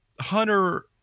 Hunter